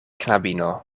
knabino